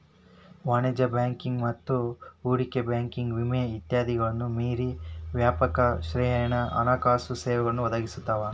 ವಾಣಿಜ್ಯ ಬ್ಯಾಂಕಿಂಗ್ ಮತ್ತ ಹೂಡಿಕೆ ಬ್ಯಾಂಕಿಂಗ್ ವಿಮೆ ಇತ್ಯಾದಿಗಳನ್ನ ಮೇರಿ ವ್ಯಾಪಕ ಶ್ರೇಣಿಯ ಹಣಕಾಸು ಸೇವೆಗಳನ್ನ ಒದಗಿಸ್ತಾವ